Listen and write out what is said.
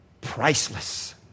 priceless